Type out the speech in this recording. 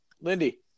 Lindy